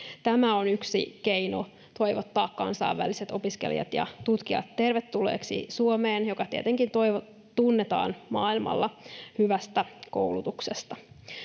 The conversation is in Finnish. Tämä on yksi keino toivottaa kansainväliset opiskelijat ja tutkijat tervetulleiksi Suomeen, joka tietenkin tunnetaan maailmalla hyvästä koulutuksesta.